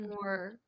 more